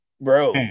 Bro